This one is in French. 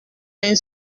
une